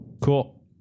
Cool